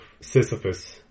Sisyphus